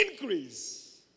increase